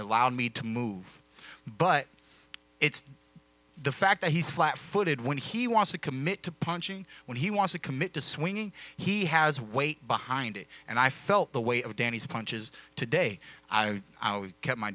allowed me to move but it's the fact that he's flat footed when he wants to commit to punching when he wants to commit to swinging he has weight behind it and i felt the weight of danny's punches today i kept my